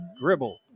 Gribble